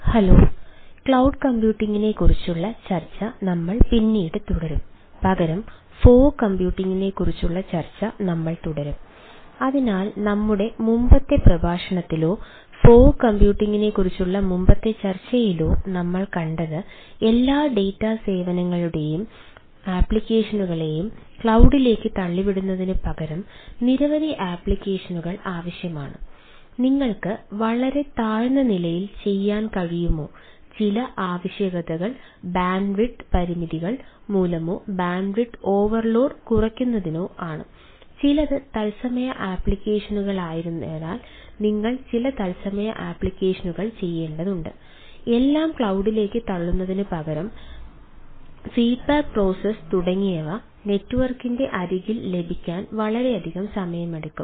hello cloud കമ്പ്യൂട്ടിംഗി അരികിൽ ലഭിക്കാൻ വളരെയധികം സമയമെടുക്കും